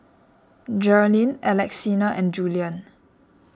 Jerrilyn Alexina and Julien